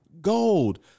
gold